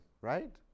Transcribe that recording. right